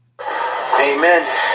Amen